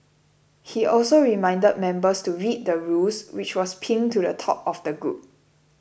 he also reminded members to read the rules which was pinned to the top of the group